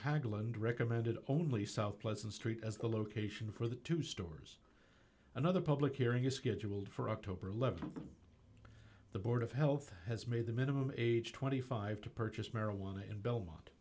and recommended only south pleasant street as the location for the two stores another public hearing is scheduled for october th the board of health has made the minimum age twenty five to purchase marijuana in belmont